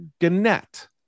Gannett